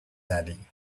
daddy